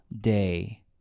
day